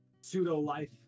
pseudo-life